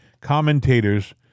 commentators